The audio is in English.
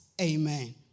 Amen